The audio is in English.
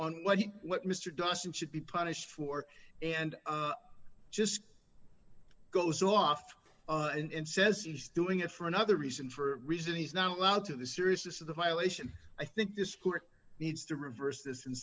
what he what mr dawson should be punished for and just goes off and says he's doing it for another reason for a reason he's not allowed to the seriousness of the violation i think this court needs to reverse this